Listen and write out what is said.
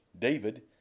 David